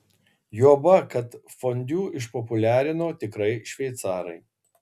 juoba kad fondiu išpopuliarino tikrai šveicarai